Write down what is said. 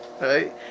right